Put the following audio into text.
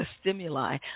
stimuli